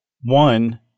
one